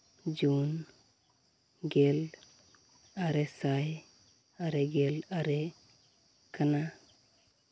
ᱡᱩᱱ ᱜᱮᱞ ᱟᱨᱮ ᱥᱟᱭ ᱟᱨᱮ ᱜᱮᱞ ᱟᱨᱮ ᱠᱟᱱᱟ